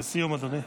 לסיום, אדוני.